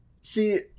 see